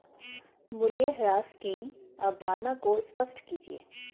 मूल्यह्रास की अवधारणा को स्पष्ट कीजिए